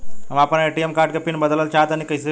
हम आपन ATM card के पीन बदलल चाहऽ तनि कइसे होई?